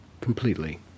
completely